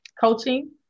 coaching